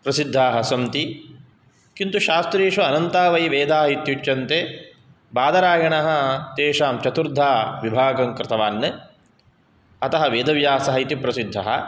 प्रसिद्धाः सन्ति किन्तु शास्त्रेषु अनन्ता वै वेदा इत्युच्यन्ते बादरायणः तेषाम् चतुर्धा विभागं कृतवान् अतः वेदव्यासः इति प्रसिद्धः